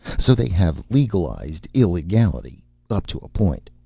so they have legalized illegality up to a point.